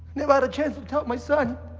never had a chance to tell my son